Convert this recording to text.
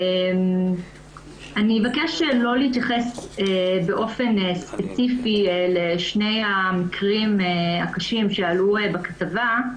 אני אבקש לא להתייחס באופן ספציפי לשני המקרים הקשים שעלו בכתבה.